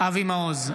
אבי מעוז,